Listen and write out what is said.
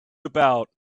about